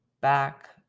back